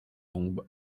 tombe